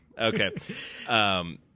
Okay